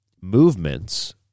movements